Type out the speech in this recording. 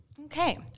Okay